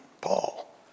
Paul